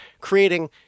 creating